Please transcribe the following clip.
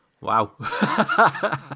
Wow